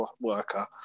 worker